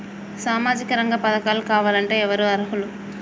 సామాజిక రంగ పథకాలు కావాలంటే ఎవరు అర్హులు?